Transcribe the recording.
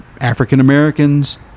African-Americans